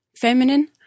Feminine